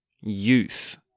youth